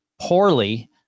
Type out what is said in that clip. poorly